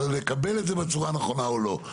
לקבל את זה בצורה הנכונה או לא.